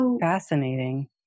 Fascinating